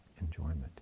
enjoyment